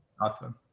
Awesome